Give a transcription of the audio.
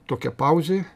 tokia pauzė